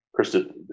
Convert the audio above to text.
Krista